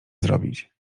zrobić